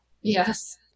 Yes